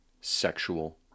sexual